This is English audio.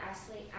Ashley